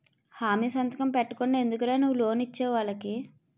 హామీ సంతకం పెట్టకుండా ఎందుకురా నువ్వు లోన్ ఇచ్చేవు వాళ్ళకి